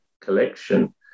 collection